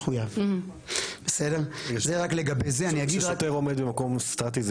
כששוטר עומד במקום סטטי,